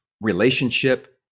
relationship